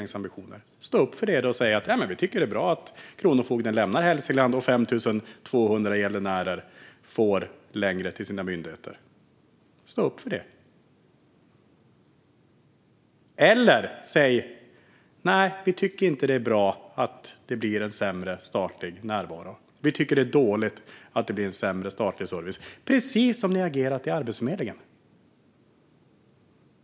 Stå då upp för det och säg att ni tycker att det är bra att Kronofogden lämnar Hälsingland och att 5 200 gäldenärer får längre till sin myndighet! Säg annars: Nej, vi tycker inte att det är bra att det blir en sämre statlig närvaro. Vi tycker att det är dåligt att det blir en sämre statlig service. Precis så agerade ni med Arbetsförmedlingen.